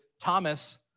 Thomas